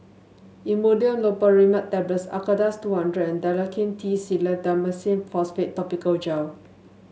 Imodium Loperamide Tablets Acardust two hundred and Dalacin T Clindamycin Phosphate Topical Gel